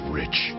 rich